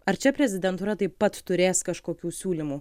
ar čia prezidentūra taip pat turės kažkokių siūlymų